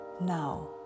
Now